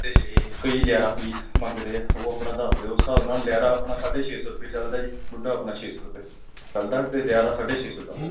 ਅਤੇ ਕਈ ਲਿਆਰਾ ਪੀਸ ਮੰਗਦੇ ਆ ਉਹ ਆਪਣਾ ਦੱਸ ਦਿਓ ਉਸ ਹਿਸਾਬ ਨਾਲ ਲਿਆਰਾ ਆਪਣਾ ਸਾਢੇ ਛੇ ਸੌ ਰੁਪਏ ਚੱਲਦਾ ਜੀ ਬੁੱਢਾ ਆਪਣਾ ਛੇ ਸੌ ਰੁਪਏ ਚਲਦਾ ਅਤੇ ਲਿਆਰਾ ਸਾਢੇ ਛੇ ਸੌ ਚੱਲਦਾ